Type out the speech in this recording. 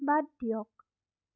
বাদ দিয়ক